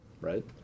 right